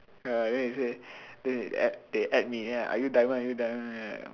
ya then they say then they add they add me are you diamond are you diamond